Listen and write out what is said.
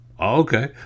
okay